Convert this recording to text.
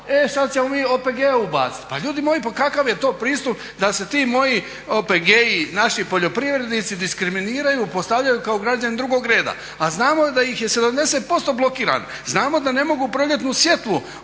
e sad ćemo mi OPG-e ubacit. Pa ljudi moji pa kakav je to pristup da se ti moji OPG-i, naši poljoprivrednici diskriminiraju i postavljaju kao građani drugog reda, a znamo da ih je 70% blokirano, znamo da ne mogu proljetnu sjetvu